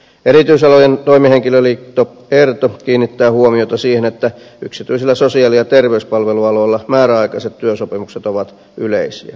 erityisalojen toimihenkilöliitto erto kiinnittää huomiota siihen että yksityisillä sosiaali ja terveyspalvelualoilla määräaikaiset työsopimukset ovat yleisiä